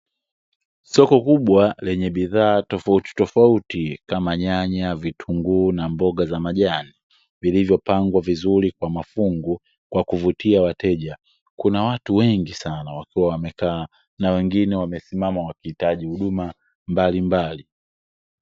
Soko kubwa lenye bidhaa tofautitofauti, kama nyanya, vitunguu na mboga za majani, vilivyopangwa vizuri kwa mafungu, kwa kuvutia wateja. Kuna watu wengi sana wakiwa wamekaa, na wengine wamesimama wakihitaji huduma mbalimbali.